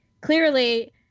clearly